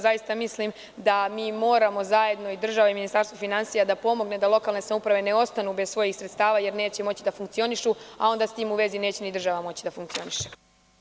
Zaista mislim da mi moramo zajedno i država i ministarstvo finansija da pomogne da lokalne samouprave ne ostanu bez svojih sredstava jer neće moći da funkcionišu, a onda s tim u vezi ni država neće moći da funkcioniše.